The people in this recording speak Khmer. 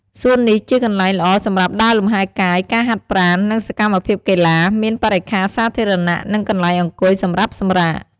សួននេះ ជាកន្លែងល្អសម្រាប់ដើរលំហែកាយ ការហាត់ប្រាណ និងសកម្មភាពកីឡា មានបរិក្ខារសាធារណៈ និងកន្លែងអង្គុយសម្រាប់សម្រាក។